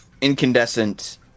incandescent